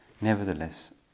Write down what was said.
nevertheless